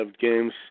games